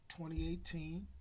2018